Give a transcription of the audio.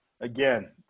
Again